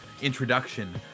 introduction